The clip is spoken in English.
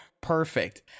perfect